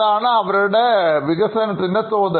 അതാണ് അവരുടെ വികസനത്തിന് തോത്